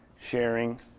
sharing